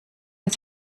uns